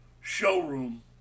showroom